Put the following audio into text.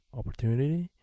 opportunity